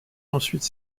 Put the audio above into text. ensuite